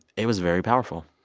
it was very powerful